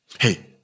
Hey